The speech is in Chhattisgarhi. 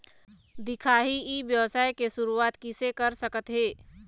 दिखाही ई व्यवसाय के शुरुआत किसे कर सकत हे?